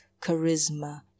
charisma